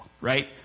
right